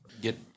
get